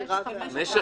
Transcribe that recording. של משך